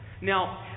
Now